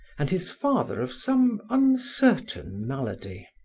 and his father of some uncertain malady.